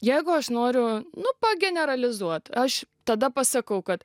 jeigu aš noriu nu pageneralizuot aš tada pasakau kad